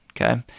okay